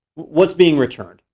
what's being returned?